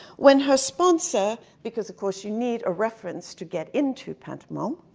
when her sponsor, because of course you need a reference to get into and to um